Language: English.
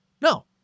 No